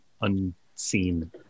unseen